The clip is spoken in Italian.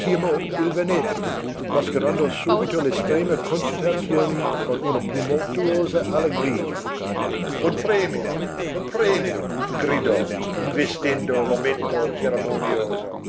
il vannetti mascherando subito l'estrema concitazione con una tumultuosa allegria un premio un premio gridò investendo l'ometto cerimonioso